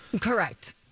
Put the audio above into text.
Correct